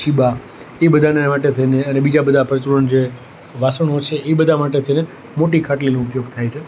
છીબા એ બધાને માટે થઈને અને બીજા બધાં પરચુરણ જે વાસણો છે એ બધા માટે થઈને મોટી ખાટલીનો ઉપયોગ થાય છે